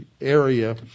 area